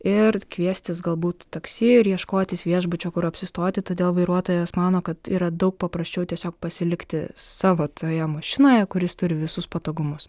ir kviestis galbūt taksi ir ieškotis viešbučio kur apsistoti todėl vairuotojas mano kad yra daug paprasčiau tiesiog pasilikti savo toje mašinoje kur jis turi visus patogumus